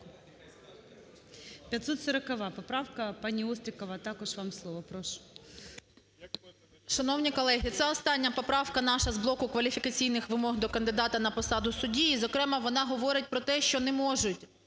540 поправка. ПаніОстрікова, також вам слово. Прошу. 13:15:25 ОСТРІКОВА Т.Г. Шановні колеги, це остання поправка наша з блоку кваліфікаційних вимог до кандидата на посаду судді. І, зокрема, вона говорить про те, що не можуть